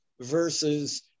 Versus